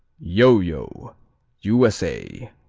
yo-yo u s a.